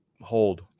Hold